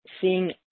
seeing